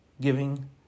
giving